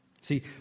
See